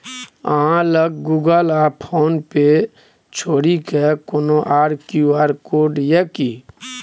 अहाँ लग गुगल आ फोन पे छोड़िकए कोनो आर क्यू.आर कोड यै कि?